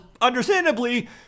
understandably